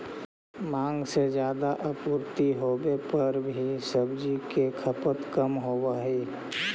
माँग से ज्यादा आपूर्ति होवे पर भी सब्जि के खपत कम होवऽ हइ